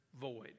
void